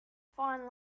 fine